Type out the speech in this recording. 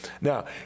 Now